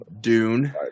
Dune